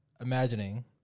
imagining